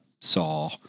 saw